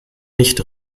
nicht